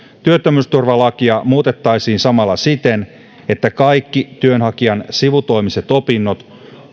työttömyysturvalakia muutettaisiin samalla siten että kaikki työnhakijan sivutoimiset opinnot